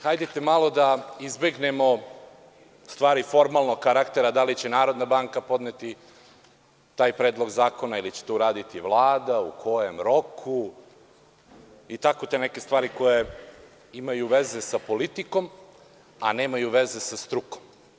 Hajde malo da izbegnemo stvari formalnog karaktera da li će Narodna banka podneti taj predlog zakona ili će to uraditi Vlada, u kojem roku i neke stvari koje imaju veze sa politikom, a nemaju veze sa strukom.